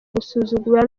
gusuzugura